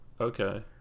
okay